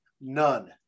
None